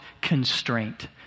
constraint